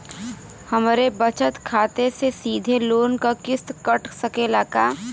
हमरे बचत खाते से सीधे लोन क किस्त कट सकेला का?